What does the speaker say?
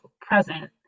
present